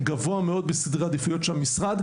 גבוה מאוד בסדרי העדיפויות של המשרד,